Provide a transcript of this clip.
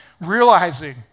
realizing